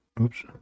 Oops